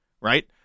right